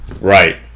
Right